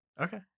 Okay